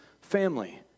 family